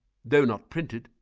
though not printed,